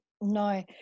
no